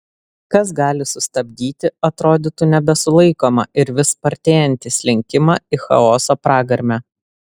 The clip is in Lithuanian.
kas gali sustabdyti atrodytų nebesulaikomą ir vis spartėjantį slinkimą į chaoso pragarmę